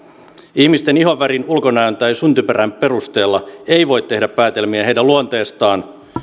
ihmisten ihonvärin ulkonäön tai syntyperän perusteella ei voi tehdä päätelmiä heidän luonteestaan